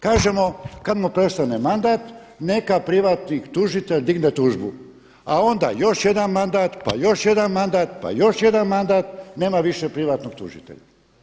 Kažemo kad mu prestane mandat neka privatni tužitelj digne tužbu, a onda još jedan mandat, pa još jedan mandat, pa još jedan mandat, nema više privatnog tužitelja.